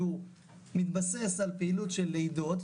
שהוא מתבסס על פעילות של לידות,